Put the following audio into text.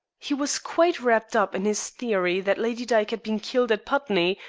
he was quite wrapped up in his theory that lady dyke had been killed at putney,